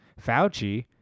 Fauci